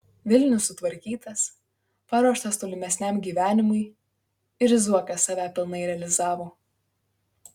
vilnius sutvarkytas paruoštas tolimesniam gyvenimui ir zuokas save pilnai realizavo